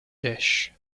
dish